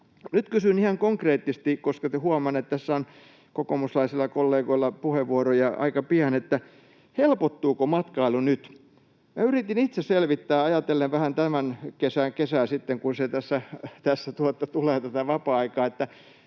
Nyt kysyn ihan konkreettisesti, koska huomaan, että tässä on kokoomuslaisilla kollegoilla puheenvuoroja aika pian: helpottuuko matkailu nyt? Minä yritin itse selvittää — ajatellen vähän tämän vuoden kesää, kun tässä tulee tätä vapaa-aikaa — että